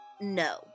No